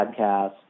podcast